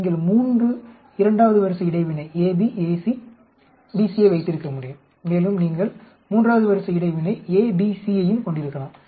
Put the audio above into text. நீங்கள் 3 இரண்டாவது வரிசை இடைவினை ab ac ac ஐ வைத்திருக்க முடியும் மேலும் நீங்கள் மூன்றாவது வரிசை இடைவினை a b c ஐயும் கொண்டிருக்கலாம்